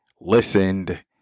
listened